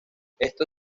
esto